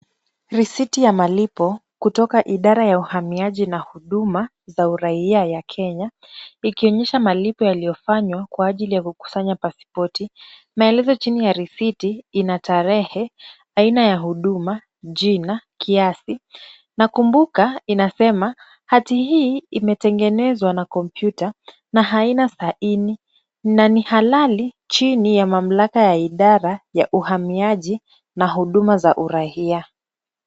Risiti ya malipo kutoka idara ya uhamiaji na huduma za uraia ya Kenya ikionyesha malipo yaliyofanywa kwa ajili ya kukusanya pasipoti. Maelezo chini ya risiti ina tarehe, aina ya huduma, jina, kiasi na kumbuka inasema hati hii imetengenezwa na kompyuta na haina saini na ni halali chini ya mamlaka ya idara ya uhamiaji na huduma za uraia.